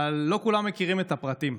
אבל לא כולם מכירים את הפרטים,